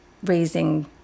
Raising